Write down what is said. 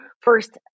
first